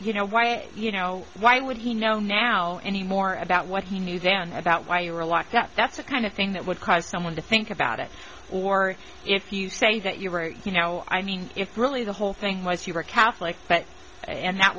you know why you know why would he know now any more about what he knew than about why you were locked up that's the kind of thing that would cause someone to think about it or if you say that you were you know i mean if really the whole thing was you were catholic but and that